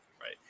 Right